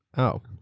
oh,